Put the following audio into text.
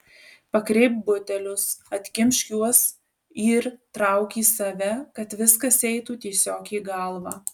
pakreipk butelius atkimšk juos ir trauk į save kad viskas eitų tiesiog į galvą